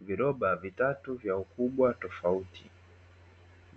Viroba vitatu vya ukubwa tofautitofauti